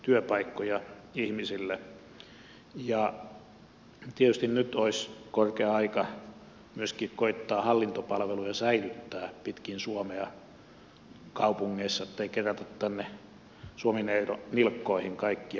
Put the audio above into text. tietysti nyt olisi korkea aika myöskin koettaa hallintopalveluja säilyttää pitkin suomea kaupungeissa ettei kerätä tänne suomi neidon nilkkoihin kaikkia palveluita